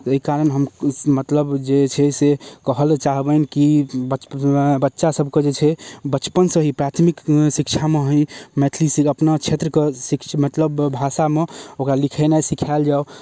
एहि कारण हम मतलब जे छै से कहऽ लए चाहबैन की बच बच्चा सबके जे छै बचपनसँ ही प्राथमिक शिक्षामे ही मैथिली से अपना क्षेत्र कऽ मतलब भाषामे ओकरा लिखेनाइ सिखाएल जाओ